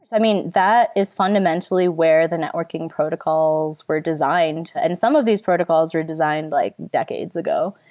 i mean, that is fundamentally where the networking protocols were designed, and some of these protocols were designed like decades ago.